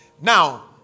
Now